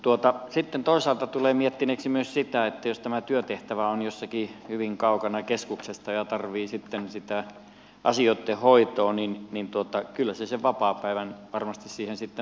mutta sitten toisaalta tulee miettineeksi myös sitä että jos tämä työtehtävä on jossakin hyvin kaukana keskuksesta ja tarvitsee sitten sitä asioitten hoitoa niin kyllä sen vapaapäivän varmasti siihen tarvitsee